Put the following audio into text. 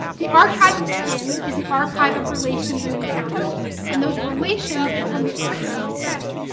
the archive of skin is an archive of relations and encounters, and those relations become the object of study.